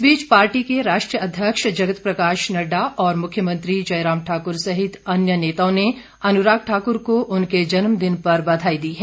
इस बीच पार्टी के राष्ट्रीय अध्यक्ष जगत प्रकाश नड़डा और मुख्यमंत्री जयराम ठाक़र सहित अन्य नेताओं ने अनुराग ठाकुर को उनके जन्मदिन पर बधाई दी है